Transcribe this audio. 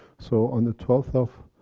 so, on the twelfth of